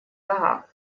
рога